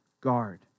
guard